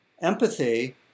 empathy